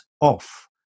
off